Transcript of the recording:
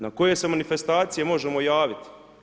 Na koje se manifestacije možemo javit?